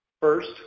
First